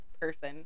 person